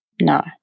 No